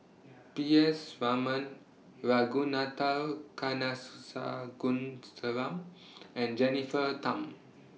P S Raman Ragunathar and Jennifer Tham